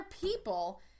people